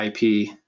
ip